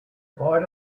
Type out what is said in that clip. why